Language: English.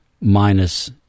minus